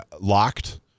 locked